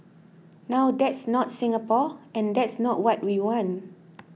now that's not Singapore and that's not what we want